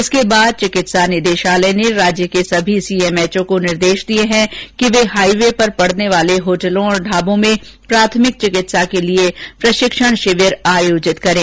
इसके बाद चिकित्सा निदेशालय ने राज्य के सभी सीएमएचओ को निर्देश दिए हैं कि वे हाईवे पर पड़ने वाले होटलों ढाबों में प्राथमिक चिकित्सा के लिए प्रशिक्षण शिविर आयोजित करें